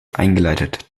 eingeleitet